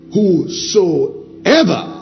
Whosoever